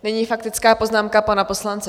Nyní faktická poznámka pana poslance Šimka.